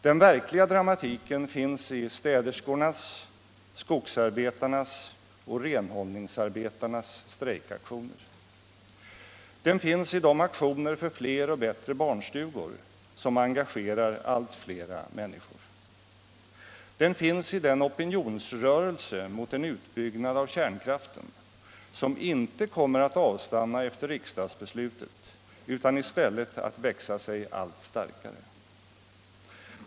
Den verkliga dramatiken finns i städerskornas, skogsarbetarnas och renhållningsarbetarnas strejkaktioner. Den finns i de aktioner för fler och bättre barnstugor som engagerar allt flera människor. Den finns i den opinionsrörelse mot en utbyggnad av kärnkraften som inte kommer att avstanna efter riksdagsbeslutet, utan i stället växa sig allt starkare.